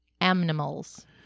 Animals